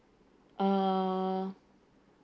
uh